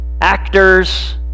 Actors